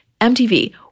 MTV